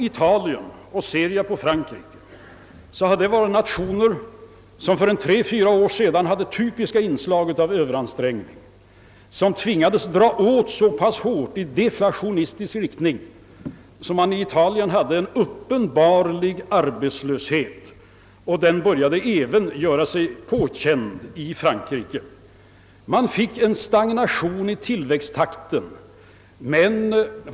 Italien och Frankrike hade för tre— fyra år sedan typiska inslag av överansträngning. De tvingades dra åt så hårt i deflationistisk riktning att man i Italien hade en uppenbar arbetslöshet. Även i Frankrike började man få känning av arbetslösheten. Detta ledde till stagnation i utvecklingstakten.